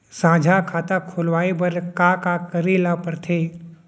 साझा खाता खोलवाये बर का का करे ल पढ़थे?